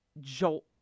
jolt